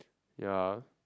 ya